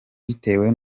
bitewe